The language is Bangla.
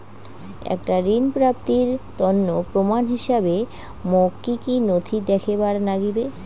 একটা ঋণ প্রাপ্তির তন্ন প্রমাণ হিসাবে মোক কী কী নথি দেখেবার নাগিবে?